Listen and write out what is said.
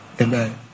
amen